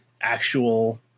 actual